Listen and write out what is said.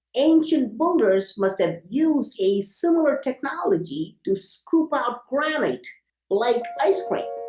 anciens builders must have used a similar technologie to scoop out granite like ice cream.